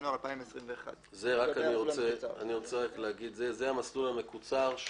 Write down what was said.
בינואר 2021". אני רוצה להגיד שזה המסלול המקוצר,